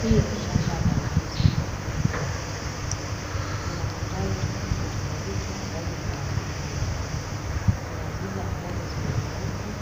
Hii ni shamba la ndizi. kuna matawi tofauti tofauti ambazo zinaonekana. Kuna zile ambazo zimenyauka